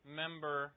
member